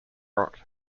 rock